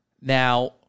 now